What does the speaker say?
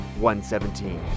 117